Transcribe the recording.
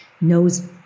knows